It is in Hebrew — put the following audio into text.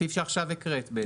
הסעיף שעכשיו הקראת.